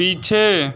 पीछे